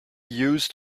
used